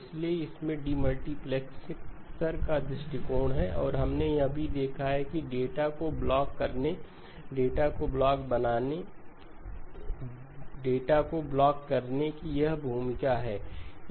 इसलिए इसमें डीम्टीप्लेक्सर का दृष्टिकोण है और हमने यह भी देखा कि डेटा को ब्लॉक करने डेटा के ब्लॉक बनाने डेटा को ब्लॉक करने की भी यही भूमिका है